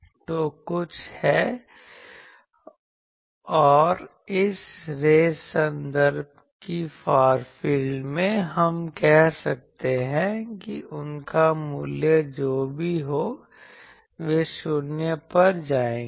तो कुछ है और इस रेस संदर्भ की फार फील्ड में हम कह सकते हैं कि उनका मूल्य जो भी हो वे शून्य पर जाएंगे